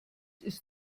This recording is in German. ist